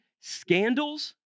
scandals